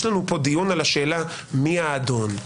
יש לנו פה דיון על השאלה מי האדון,